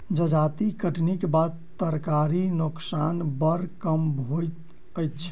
जजाति कटनीक बाद तरकारीक नोकसान बड़ कम होइत अछि